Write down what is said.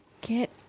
Get